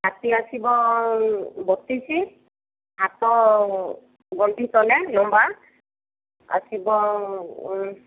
ଛାତି ଆସିବ ବତିଶି ହାତ ଗଣ୍ଠି ତଳେ ଲମ୍ବା ଆସିବ